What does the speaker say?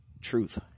truth